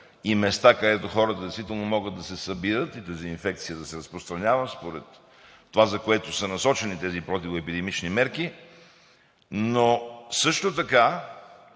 и места, където хората действително могат да се събират, и инфекцията да се разпространява според това, за което са насочени тези противоепидемични мерки. Но също така